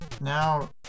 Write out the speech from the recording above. Now